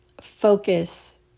focus